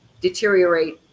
deteriorate